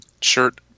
shirt